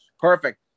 perfect